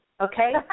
Okay